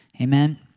Amen